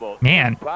man